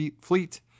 fleet